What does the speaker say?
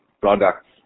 products